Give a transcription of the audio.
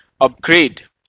upgrade